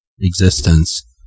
existence